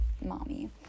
Mommy